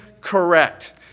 correct